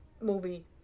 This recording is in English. movie